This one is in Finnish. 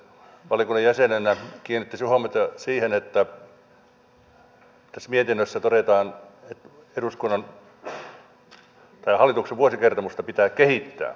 valiokunnan jäsenenä kiinnittäisin huomiota siihen että tässä mietinnössä todetaan että hallituksen vuosikertomusta pitää kehittää